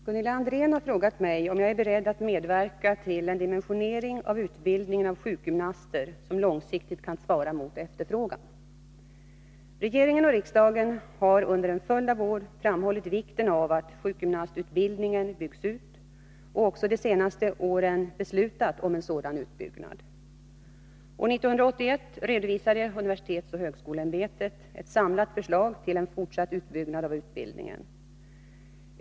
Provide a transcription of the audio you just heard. Fru talman! Gunilla André har frågat mig om jag är beredd att medverka till en dimensionering av utbildningen av sjukgymnaster som långsiktigt kan svara mot efterfrågan. Regeringen och riksdagen har under en följd av år framhållit vikten av att sjukgymnastutbildningen byggs ut och de senaste åren också beslutat om en sådan utbyggnad. År 1981 redovisade universitetsoch högskoleämbetet ett samlat förslag till en fortsatt utbyggnad av utbildningen.